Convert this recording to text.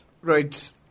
Right